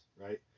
right